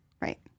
Right